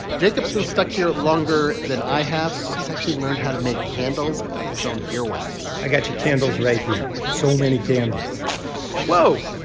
jacob's been stuck here longer than i have. he's actually learned how to make candles out of his own earwax i got your candles right here so many candles whoa,